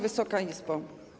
Wysoka Izbo!